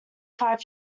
five